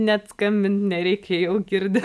net skambint nereikia jau girdi